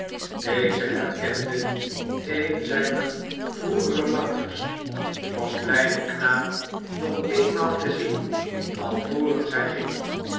deze herkende een zijner vroegere makkers was blij den knaap nog eenmaal te zien alvorens hij ging